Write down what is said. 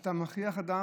אתה מכריח אדם,